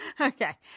Okay